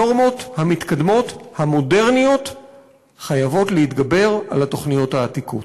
הנורמות המתקדמות המודרניות חייבות להתגבר על התוכניות העתיקות.